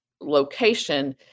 location